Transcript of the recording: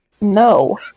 No